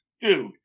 dude